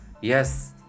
Yes